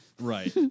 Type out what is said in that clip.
Right